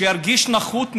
וירגיש נחות מהם,